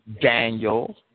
Daniel